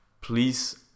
please